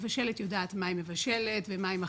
המבשלת יודעת מה היא מבשלת ומה היא מכניסה,